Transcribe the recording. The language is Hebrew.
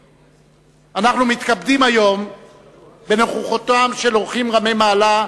אנחנו מתכבדים היום בנוכחותם ביציע האורחים של אורחים רמי מעלה,